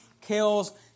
kills